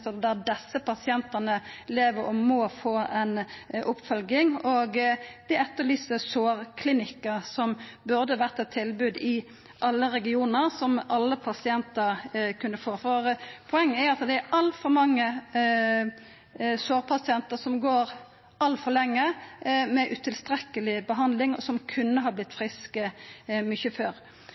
der desse pasientane lever og må få oppfølging, og dei etterlyste sårklinikkane som burde vore eit tilbod i alle regionar, som alle pasientar kunne få. For poenget er at det er altfor mange sårpasientar som går altfor lenge med utilstrekkeleg behandling og som kunne ha vorte friske mykje før.